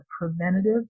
preventative